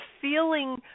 feeling